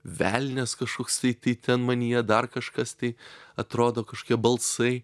velnias kažkoks tai tai ten manyje dar kažkas tai atrodo kažkokie balsai